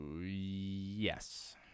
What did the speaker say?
Yes